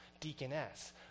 deaconess